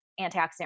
antioxidant